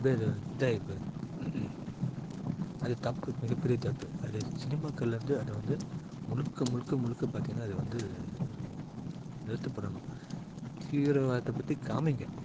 அப்படியே அது இதாகி போயிது அது தப்பு மிக பெரிய தப்பு அது சினிமாக்கள்லருந்து அது வந்து முழுக்க முழுக்க முழுக்க பார்த்திங்கன்னா அது வந்து நிறுத்தப்படணும் தீவிரவாதத்தை பற்றி காமிங்க